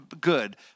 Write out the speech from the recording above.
Good